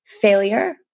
failure